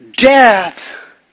Death